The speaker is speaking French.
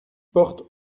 porte